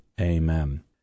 Amen